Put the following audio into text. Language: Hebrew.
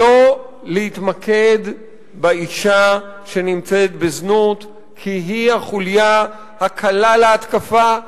לא להתמקד באשה שנמצאת בזנות כי היא החוליה הקלה להתקפה,